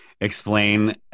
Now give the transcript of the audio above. explain